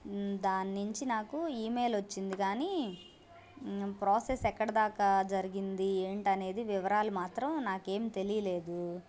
దాని నుంచి నాకు ఈమెయిల్ వచ్చింది కానీ ప్రాసెస్ ఎక్కడిదాకా జరిగింది ఏమిటి అనేది వివరాలు మాత్రం నాకు ఏం తెలియలేదు